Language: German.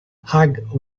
hugh